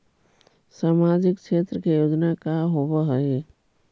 सामाजिक क्षेत्र के योजना का होव हइ?